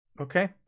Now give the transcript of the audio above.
Okay